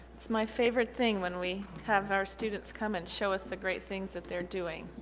it's my favorite thing when we have our students come and show us the great things that they're doing.